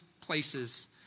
places